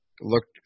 looked